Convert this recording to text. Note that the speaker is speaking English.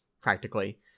practically